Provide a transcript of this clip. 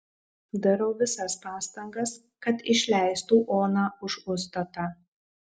darau visas pastangas kad išleistų oną už užstatą